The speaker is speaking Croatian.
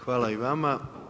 Hvala i vama.